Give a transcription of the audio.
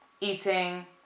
eating